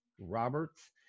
Roberts